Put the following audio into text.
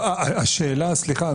סליחה,